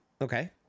Okay